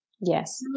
yes